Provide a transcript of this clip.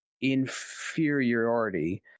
inferiority